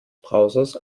browsers